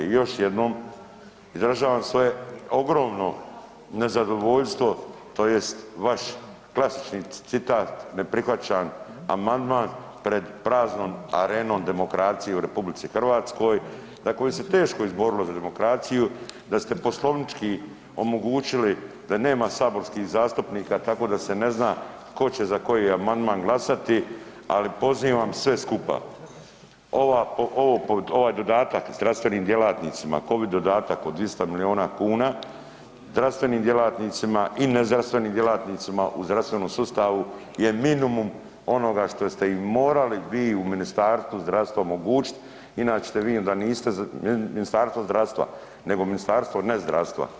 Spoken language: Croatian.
I još jednom izražavam svoje ogromno nezadovoljstvo tj. vaš klasični citat „ne prihvaćam amandman“ pred praznom arenom demokracije u RH na koju se teško izborilo za demokraciju, da ste poslovnički omogućili da nema saborskih zastupnika tako da se ne zna tko će za koji amandman glasati, ali pozivam sve skupa, ova, ovo, ovaj dodatak zdravstvenim djelatnicima, covid dodatak od 200 milijona kuna zdravstvenim djelatnicima i nezdravstvenim djelatnicima u zdravstvenom sustavu je minimum onoga što ste im morali vi u Ministarstvu zdravstva omogućit, inače vidim da niste Ministarstvo zdravstva nego Ministarstvo ne zdravstva.